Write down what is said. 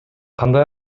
кандай